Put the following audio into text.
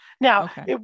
now